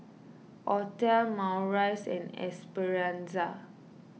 Othel Maurice and Esperanza